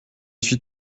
suis